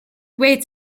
waits